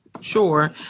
Sure